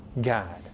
God